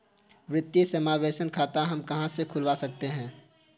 वित्तीय समावेशन खाता हम कहां से खुलवा सकते हैं?